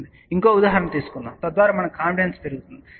ఇంకొక ఉదాహరణ తీసుకుందాం తద్వారా మనకు కాన్ఫిడెన్స్ పెరుగుతుంది